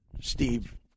Steve